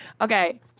Okay